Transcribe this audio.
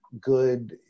good